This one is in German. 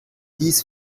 dies